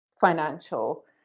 financial